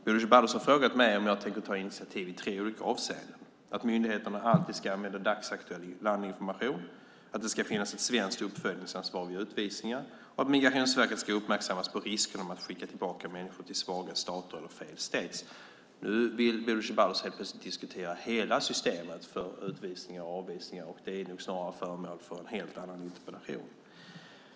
Bodil Ceballos har frågat mig om jag tänker ta initiativ i tre avseenden, nämligen att myndigheterna alltid ska använda dagsaktuell landinformation, att det ska finnas ett svenskt uppföljningsansvar vid utvisningar och att Migrationsverket ska uppmärksammas på riskerna med att skicka tillbaka människor till svaga stater eller failed states. Nu vill Bodil Ceballos diskutera hela systemet för utvisningar och avvisningar. Det är nog föremål för en helt annan interpellation.